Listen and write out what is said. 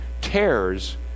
tears